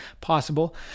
possible